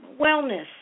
wellness